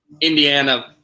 Indiana